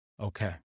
okay